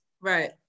Right